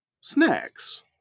snacks